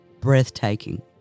Breathtaking